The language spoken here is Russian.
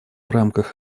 рамках